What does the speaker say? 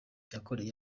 yakoreye